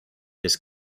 this